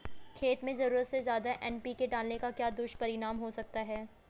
खेत में ज़रूरत से ज्यादा एन.पी.के डालने का क्या दुष्परिणाम हो सकता है?